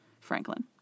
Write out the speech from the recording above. Franklin